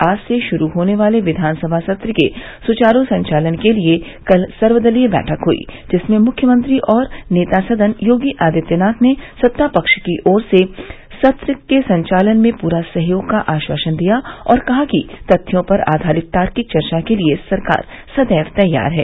आज से शुरू होने वाले विधानसभा सत्र के सुचारू संचालन के लिये कल सर्वदलीय बैठक हुई जिसमें मुख्यमंत्री और नेता सदन योगी आदित्यनाथ ने सत्ता पक्ष की ओर से सत्र संचालन में पूरे सहयोग का आश्वासन दिया और कहा कि तथ्यों पर आधारित तार्किक चर्चा के लिये सरकार सदैव तैयार है